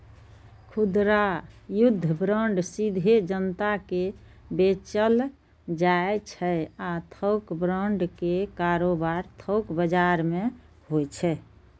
खुदरा युद्ध बांड सीधे जनता कें बेचल जाइ छै आ थोक बांड के कारोबार थोक बाजार मे होइ छै